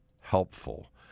helpful